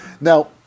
Now